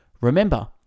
Remember